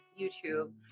YouTube